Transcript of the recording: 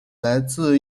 来自